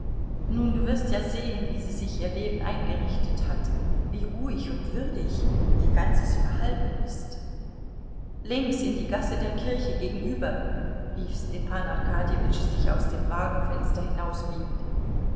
nun du wirst ja sehen wie sie sich ihr leben eingerichtet hat wie ruhig und würdig ihr ganzes verhalten ist links in die gasse der kirche gegenüber rief stepan arkadjewitsch sich aus dem wagenfenster